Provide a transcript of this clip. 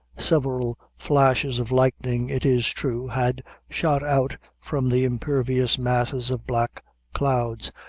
several flashes of lightning, it is true, had shot out from the impervious masses of black clouds,